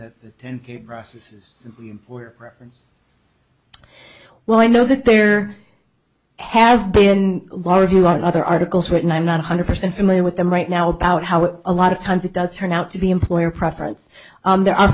where well i know that there have been large you other articles written i'm not one hundred percent familiar with them right now about how it a lot of times it does turn out to be employer preference and there are